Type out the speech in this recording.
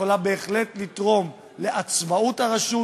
ויכולה בהחלט לתרום לעצמאות הרשות